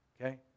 okay